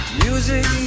music